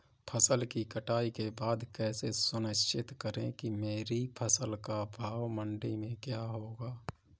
फसल की कटाई के बाद कैसे सुनिश्चित करें कि मेरी फसल का भाव मंडी में क्या होगा?